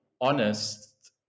honest